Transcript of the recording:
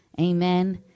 amen